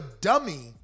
dummy